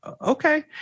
okay